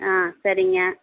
ஆ சரிங்க